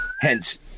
hence